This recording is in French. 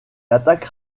attaque